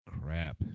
crap